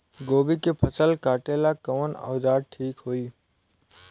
गोभी के फसल काटेला कवन औजार ठीक होई?